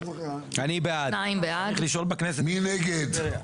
מי נגד?